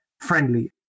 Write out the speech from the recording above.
friendly